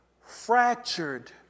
fractured